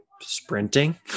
Sprinting